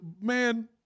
man